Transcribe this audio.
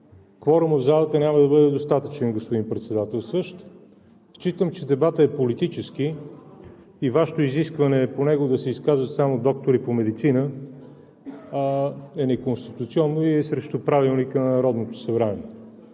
кворумът в залата няма да бъде достатъчен, господин Председателстващ. Считам, че дебатът е политически и Вашето изискване по него да се изкажат само доктори по медицина, е неконституционно и е срещу Правилника на Народното събрание,